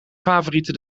favoriete